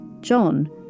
John